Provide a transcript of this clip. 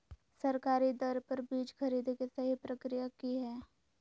सरकारी दर पर बीज खरीदें के सही प्रक्रिया की हय?